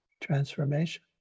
transformation